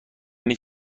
نیز